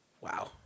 Wow